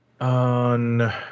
on